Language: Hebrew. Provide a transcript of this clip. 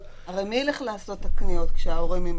הרי מי ילך לעשות את הקניות כשההורים עם